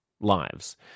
lives